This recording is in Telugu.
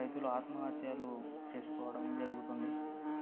రైతులు ఆత్మహత్యలు చేసుకోవడం జరుగుతుంది